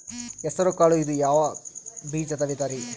ಹೆಸರುಕಾಳು ಇದು ಯಾವ ಬೇಜದ ವಿಧರಿ?